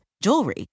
jewelry